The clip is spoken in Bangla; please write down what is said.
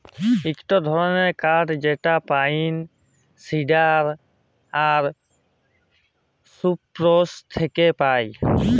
ইকটো ধরণের কাঠ যেটা পাইন, সিডার আর সপ্রুস থেক্যে পায়